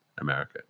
america